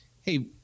hey